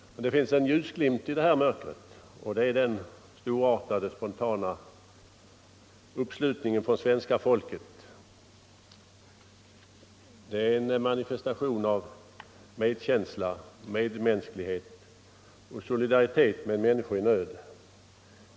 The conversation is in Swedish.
Men det finns en ljusglimt i detta mörker och det är den storartade spontana uppslutningen från svenska folket. Det är en manifestation av medkänsla, medmänsklighet och solidaritet med människor i nöd.